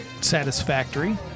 satisfactory